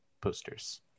posters